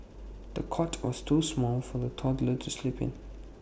the cot was too small for the toddler to sleep in